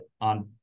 on